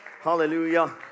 Hallelujah